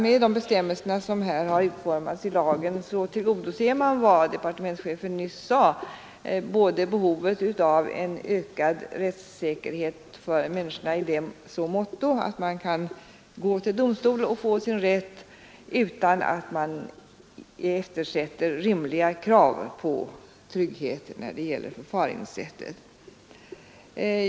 Med de bestämmelser i lagen som här har utformats tycker jag att man tillgodoser, som departementschefen nyss sade, behovet av en ökad rättssäkerhet för människorna i så måtto att de kan gå till domstol och få sin rätt utan att man eftersätter rimliga krav på trygghet när det gäller förfaringssättet.